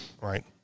Right